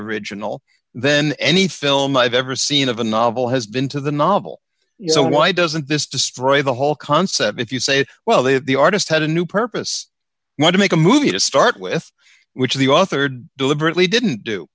original then any film i've ever seen of a novel has been to the novel so why doesn't this destroy the whole concept if you say well if the artist had a new purpose to make a movie to start with which the authored deliberately didn't do